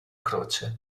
croce